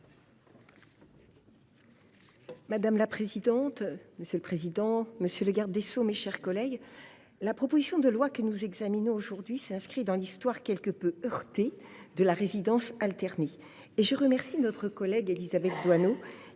Mme le rapporteur. Madame la présidente, monsieur le garde des sceaux, mes chers collègues, la proposition de loi que nous examinons aujourd’hui s’inscrit dans l’histoire quelque peu heurtée de la résidence alternée. Je remercie à cet égard notre collègue Élisabeth Doineau,